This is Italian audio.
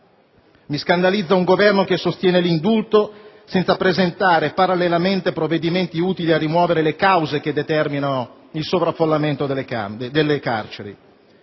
Mi scandalizza un Governo che sostiene l'indulto senza presentare, parallelamente, provvedimenti utili a rimuovere le cause che determinano il sovraffollamento delle carceri.